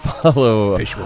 follow